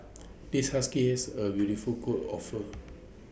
this husky's A beautiful coat of fur